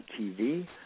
tv